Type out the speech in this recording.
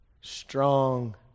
strong